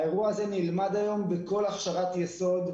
האירוע הזה נלמד היום בכל הכשרת יסוד.